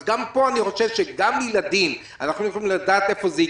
אז גם פה אני חושב שגם לילדים אנחנו לא יודעים איפה זה ייגמר.